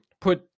put